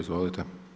Izvolite.